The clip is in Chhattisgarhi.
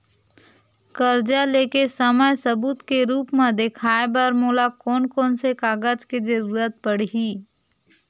कर्जा ले के समय सबूत के रूप मा देखाय बर मोला कोन कोन से कागज के जरुरत पड़ही?